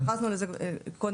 התייחסנו לזה קודם.